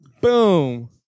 Boom